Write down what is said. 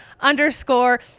underscore